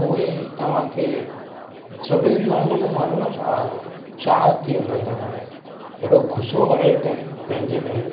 पोइ ही तव्हां खे सुठे नमूने सां हलो न छा छा थी वेंदो तव्हां जो एॾो ग़ुसो भरे वेठा आहिनि पंहिंजे में